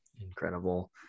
Incredible